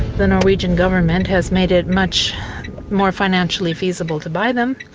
the norwegian government has made it much more financially feasible to buy them.